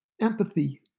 empathy